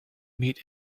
meet